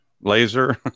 laser